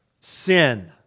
Sin